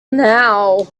now